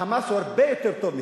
"חמאס" הוא הרבה יותר טוב מכם,